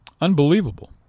Unbelievable